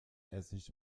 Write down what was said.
essig